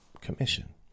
commission